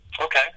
Okay